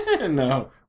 No